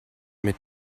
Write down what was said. mit